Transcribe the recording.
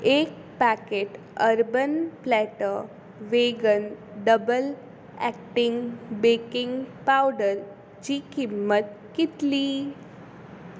एक packet urban platter vegan double acting baking powder ची किंमत कितली